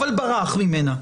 אבל ברח ממנה,